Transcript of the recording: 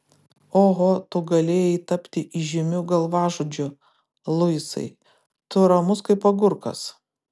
oho tu galėjai tapti įžymiu galvažudžiu luisai tu ramus kaip agurkas